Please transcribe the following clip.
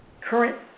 current